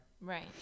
Right